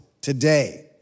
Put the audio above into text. today